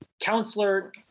Counselor